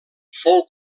fou